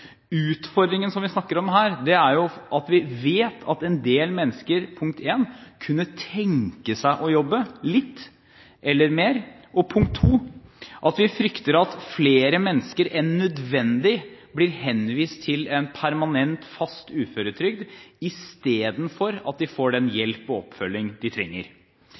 Utfordringen som vi snakker om her, er at vi vet at en del mennesker – punkt 1 – kunne tenke seg å jobbe, litt eller mer, og – punkt 2 – at vi frykter at flere mennesker enn nødvendig blir henvist til en permanent, fast uføretrygd istedenfor at de får den hjelp og oppfølging de trenger.